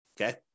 okay